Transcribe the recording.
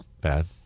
Bad